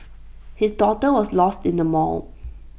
his daughter was lost in the mall